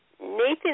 Nathan